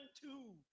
two